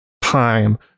time